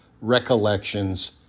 recollections